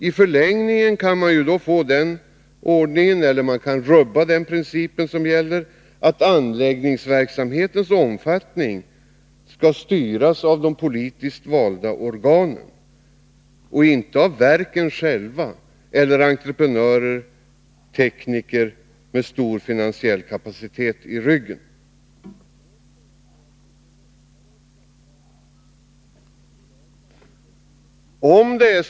I förlängningen kan man då rubba den princip som nu gäller, att anläggningsverksamhetens omfattning skall styras av de politiskt valda organen och inte av verken själva eller entreprenörer-tekniker med stor finansiell kapacitet i ryggen.